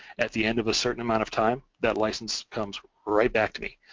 at the end of a certain amount of time, that licence comes right back to me.